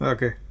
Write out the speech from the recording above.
Okay